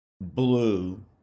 blue